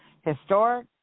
historic